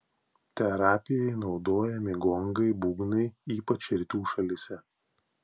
terapijai naudojami gongai būgnai ypač rytų šalyse